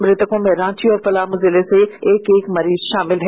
मृतकों में रांची और पलामू जिले से एक एक मरीज शामिल है